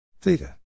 Theta